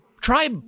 try